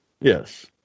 Yes